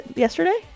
yesterday